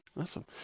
Awesome